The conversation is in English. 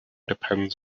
depends